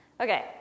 Okay